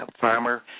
farmer